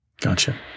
Gotcha